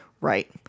Right